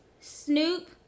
Snoop